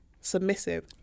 submissive